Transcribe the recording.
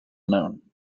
known